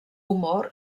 humor